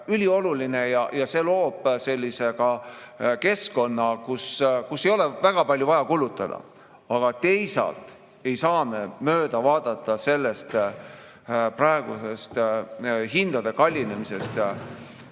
ülioluline, sest see loob sellise keskkonna, kus ei olegi väga palju vaja kulutada. Aga teisalt ei saa me mööda vaadata praegusest hindade kallinemisest.